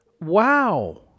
Wow